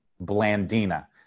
Blandina